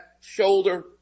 shoulder